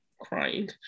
Crying